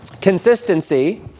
consistency